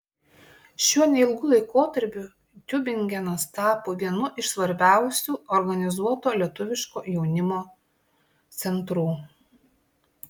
šiuo neilgu laikotarpiu tiubingenas tapo vienu iš svarbiausių organizuoto lietuviško jaunimo centrų